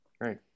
great